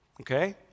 Okay